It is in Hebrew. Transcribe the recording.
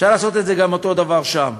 אפשר לעשות את אותו הדבר שם.